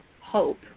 hope